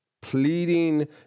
Pleading